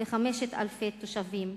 ל-5,000 תושבים.